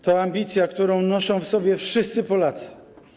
To ambicja, którą noszą w sobie wszyscy Polacy.